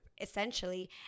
essentially